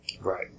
Right